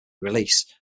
release